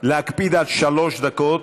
להקפיד על שלוש דקות.